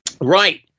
Right